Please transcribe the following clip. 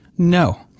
no